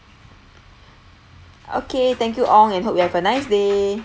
okay thank you ong and hope you have a nice day